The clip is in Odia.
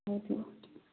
ହେଉ ଠିକ ଅଛି